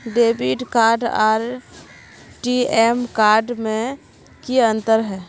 Debit card आर ATM card में की अंतर है?